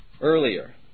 earlier